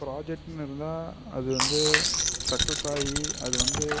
ப்ராஜெக்ட்டுனு இருந்தால் அது வந்து சக்ஸஸ் ஆகி அது வந்து